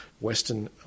western